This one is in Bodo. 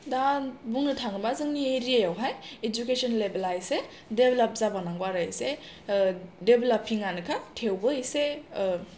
दा बुंनो थाङोबा जोंनि एरियायावहाय एडुकेसन लेभेला एसे डेभेलप जाबावनांगौ आरो एसे ओ डेभेलपिंआनोखा थेवबो एसे